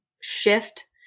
shift